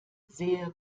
sehr